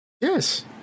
Yes